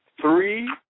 three